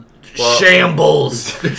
Shambles